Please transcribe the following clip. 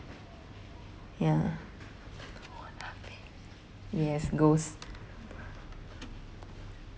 ya yes ghosts